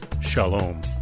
Shalom